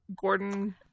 Gordon